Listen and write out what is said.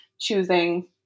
choosing